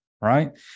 right